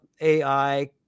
AI